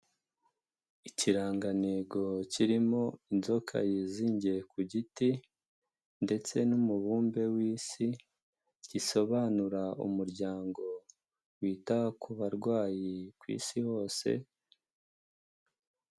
Ikirangantego kirimo inzoka yizingiye ku giti ndetse n'umubumbe w'isi gisobanura umuryango wita ku barwayi ku isi hose.